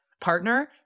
partner